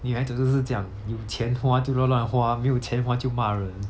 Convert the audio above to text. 女孩子都是这样有钱花就乱乱花没有钱花就骂人